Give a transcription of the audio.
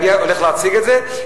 אני הולך להציג את זה,